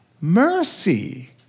Mercy